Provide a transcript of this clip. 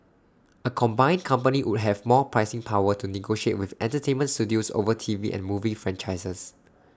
A combined company would have more pricing power to negotiate with entertainment studios over T V and movie franchises